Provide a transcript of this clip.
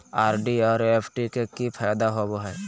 RD और FD के की फायदा होबो हइ?